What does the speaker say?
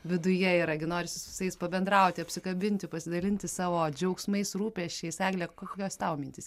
viduje yra gi norisi su visais pabendrauti apsikabinti pasidalinti savo džiaugsmais rūpesčiais egle kokios tau mintys